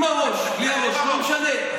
עם הראש, בלי הראש, לא משנה.